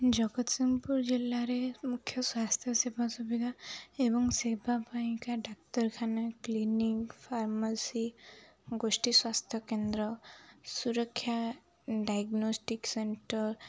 ଜଗତସିଂହପୁର ଜିଲ୍ଲାରେ ମୁଖ୍ୟ ସ୍ୱାସ୍ଥ୍ୟ ସେବା ସୁବିଧା ଏବଂ ସେବା ପାଇଁକା ଡ଼ାକ୍ତରଖାନା କ୍ଲିନିକ୍ ଫାର୍ମାସି ଗୋଷ୍ଠୀ ସ୍ୱାସ୍ଥ୍ୟ କେନ୍ଦ୍ର ସୁରକ୍ଷା ଡ଼ାୟଗ୍ନୋଷ୍ଟିକ୍ ସେଣ୍ଟର୍